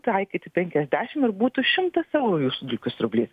taikyti penkiasdešim ir būtų šimtas eurų jūsų dulkių siurblys